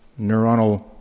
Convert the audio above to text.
neuronal